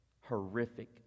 horrific